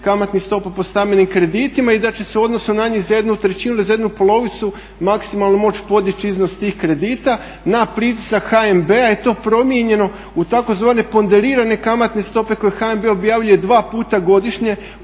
kamatnih stopa po stambenim kreditima i da će se u odnosu na njih za jednu trećinu ili za jednu polovicu maksimalno moći podići iznos tih kredita na pritisak HNB-a je to promijenjeno u tzv. ponderirane kamatne stope koje HNB objavljuje dva puta godišnje